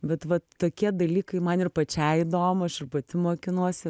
bet vat tokie dalykai man ir pačiai įdomu aš ir pati mokinuosi